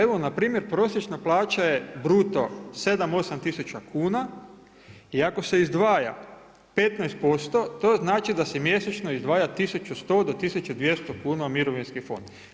Evo npr. prosječna plaća je bruto 7, 8 tisuća kuna i ako se izdvaja 15%, to znači da se mjesečno izdvaja 1100 do 1200 kuna u mirovinski fond.